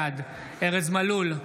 בעד ארז מלול,